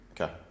okay